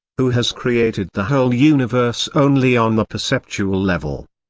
who has created the whole universe only on the perceptual level.